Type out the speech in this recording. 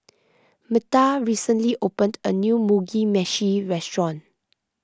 Metha recently opened a new Mugi Meshi restaurant